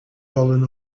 fallen